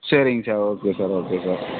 சரிங்க sir okay sir okay sir